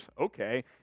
Okay